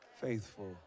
faithful